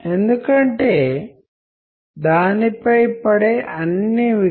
ఎందుకంటే దీనికి మనం రకరకాల అర్థాలు తీయవచ్చు